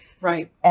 Right